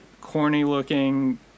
corny-looking